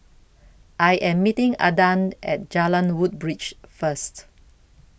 I Am meeting Adan At Jalan Woodbridge First